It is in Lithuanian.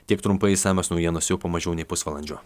tik trumpai išsamios naujienos jau po mažiau nei pusvalandžio